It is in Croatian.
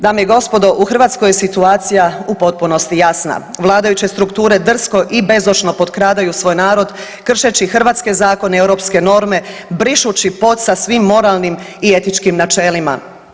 Dame i gospodo, u Hrvatskoj je situacija u potpunosti jasna, vladajuće strukture drsko i bezočno potkradaju svoj narod kršeći hrvatske zakone i europske norme, brišući pod sa svim moralnim i etičkim načelima.